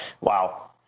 Wow